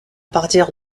partir